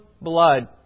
blood